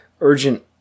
urgent